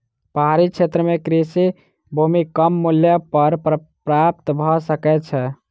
पहाड़ी क्षेत्र में कृषि भूमि कम मूल्य पर प्राप्त भ सकै छै